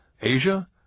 Asia